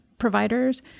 providers